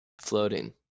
Floating